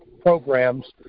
programs